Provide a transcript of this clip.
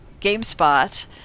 GameSpot